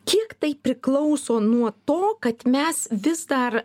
kiek tai priklauso nuo to kad mes vis dar